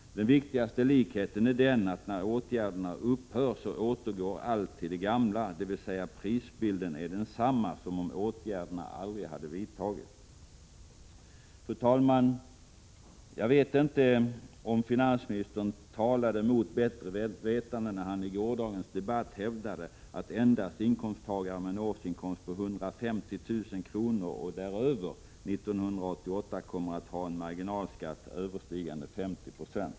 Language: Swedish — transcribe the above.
Den viktigaste likheten är att allt återgår till det gamla sedan effekten av åtgärderna upphört. Prisbilden blir med andra ord densamma som om åtgärderna aldrig hade vidtagits. Fru talman! Jag vet inte om finansministern talade mot bättre vetande när han i gårdagens debatt hävdade att endast inkomsttagare med en årsinkomst på 150 000 kr. och däröver år 1988 kommer att ha en marginalskatt överstigande 50 96.